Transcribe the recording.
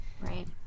Right